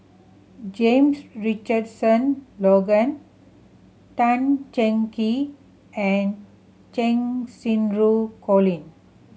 James Richardson Logan Tan Cheng Kee and Cheng Xinru Colin